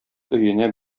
өенә